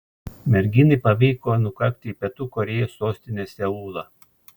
merginai pavyko nukakti į pietų korėjos sostinę seulą